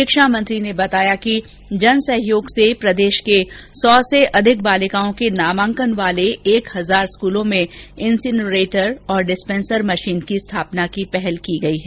शिक्षा मंत्री ने बताया कि जन सहयोग से प्रदेश के सौ से अधिक बालिकाओं के नामांकन वाले एक हजार विद्यालयों में इन्सीनेरेटर डिस्पेंसर मशीन की स्थापना की पहल की गयी है